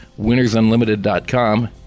winnersunlimited.com